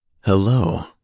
Hello